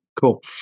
Cool